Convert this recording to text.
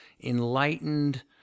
enlightened